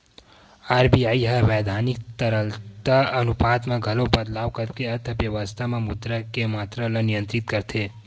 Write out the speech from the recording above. RBI ह बैधानिक तरलता अनुपात म घलो बदलाव करके अर्थबेवस्था म मुद्रा के मातरा ल नियंत्रित करथे